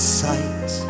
sight